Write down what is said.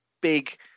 big